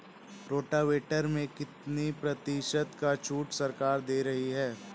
Rotavator में कितनी प्रतिशत का छूट सरकार दे रही है?